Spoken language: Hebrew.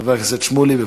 חבר הכנסת שמולי.